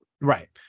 Right